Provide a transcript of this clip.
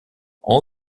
all